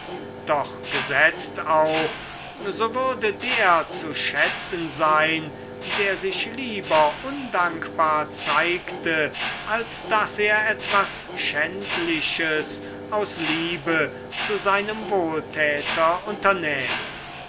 doch gesetzt auch so würde der zu schätzen sein der sich lieber undankbar zeigte als daß er etwas schändliches aus liebe zu seinem wohltäter unternähme